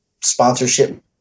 sponsorship